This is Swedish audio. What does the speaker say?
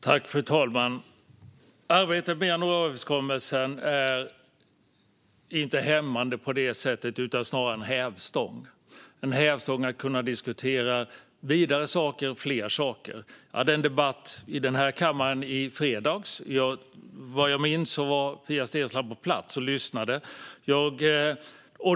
Fru talman! Arbetet med januariöverenskommelsen är inte hämmande på det sättet utan snarare en hävstång för att kunna diskutera vidare och fler saker. Jag hade en debatt i denna kammare i fredags, och vad jag minns var Pia Steensland på plats och lyssnade.